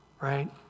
Right